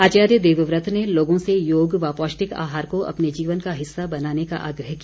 आचार्य देवव्रत ने लोगों से योग व पौष्टिक आहार को अपने जीवन का हिस्सा बनाने का आग्रह किया